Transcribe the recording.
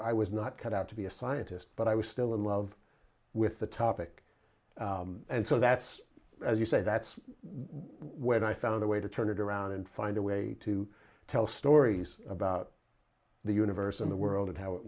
i was not cut out to be a scientist but i was still in love with the topic and so that's as you say that's where i found a way to turn it around and find a way to tell stories about the universe and the world and how it